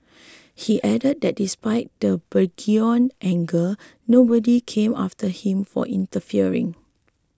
he added that despite the burgeoning anger nobody came after him for interfering